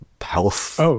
health